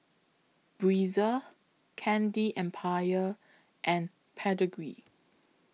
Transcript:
Breezer Candy Empire and Pedigree